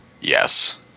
Yes